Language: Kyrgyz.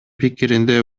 пикиринде